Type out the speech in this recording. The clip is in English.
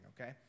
Okay